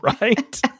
Right